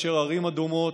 וערים אדומות,